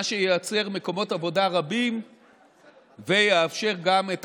מה שייצר מקומות עבודה רבים ויאפשר גם את